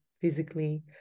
physically